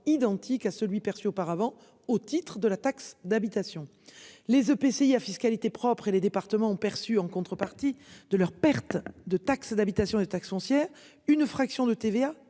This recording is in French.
identique à celui perçu auparavant au titre de la taxe d'habitation. Les EPCI à fiscalité propre et les départs. Autrement perçu en contrepartie de leur perte de taxe d'habitation, de taxes foncières une fraction de TVA